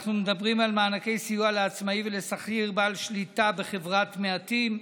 אנחנו מדברים על מענקי סיוע לעצמאי ולשכיר בעל שליטה בחברת מעטים,